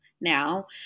now